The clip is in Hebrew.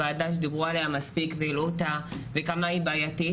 זו ועדה שדיברו עליה מספיק והעלו אותה וכמה היא בעייתית.